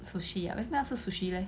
sushi ah 为什么要吃 sushi leh